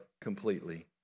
completely